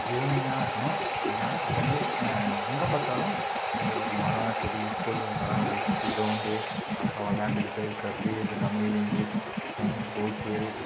யூனியாக இருக்கணும் அதனால அதை மாரி எங்கே பார்த்தாலும் அங்கே ஒரு மரம் செடி ஸ்கூல் வளாகத்தில் சுத்திலும் அப்டியே அழகாக விளாண்டுக்கிட்டு period Tamil English science social